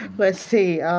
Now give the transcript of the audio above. let's see,